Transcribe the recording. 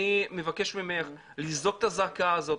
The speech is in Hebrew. אני מבקש ממך לזעוק את הזעקה הזאת,